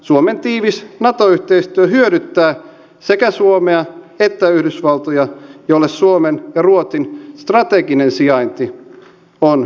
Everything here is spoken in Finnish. suomen tiivis nato yhteistyö hyödyttää sekä suomea että yhdysvaltoja jolle suomen ja ruotsin strateginen sijainti on merkityksellinen